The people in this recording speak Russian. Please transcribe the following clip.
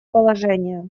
положения